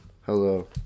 Hello